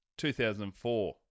2004